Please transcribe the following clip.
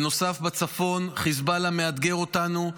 בנוסף, בצפון חיזבאללה מאתגר אותנו.